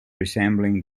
resembling